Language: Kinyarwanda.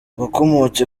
wakomotse